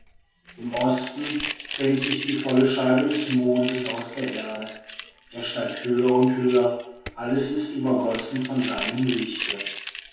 im osten zwängt sich die volle scheibe des mondes aus der erde er steigt höher und höher alles ist übergossen von seinem lichte